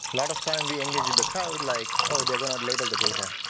lot of time, being as with the crowd, like, oh, they're gonna label the data.